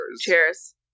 Cheers